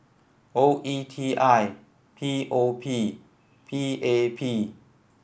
O E T I P O P P A P